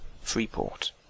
Freeport